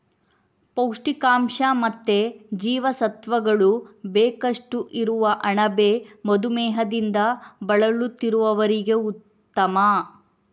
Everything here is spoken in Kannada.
ಪೌಷ್ಟಿಕಾಂಶ ಮತ್ತೆ ಜೀವಸತ್ವಗಳು ಬೇಕಷ್ಟು ಇರುವ ಅಣಬೆ ಮಧುಮೇಹದಿಂದ ಬಳಲುತ್ತಿರುವವರಿಗೂ ಉತ್ತಮ